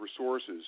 resources